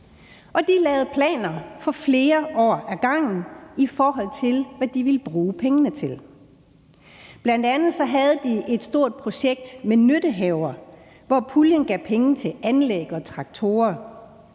De lavede planer for flere år ad gangen, i forhold til hvad de ville bruge pengene til. Bl.a. havde de et stort projekt med nyttehaver, hvor puljen gav penge til anlæg og traktorer,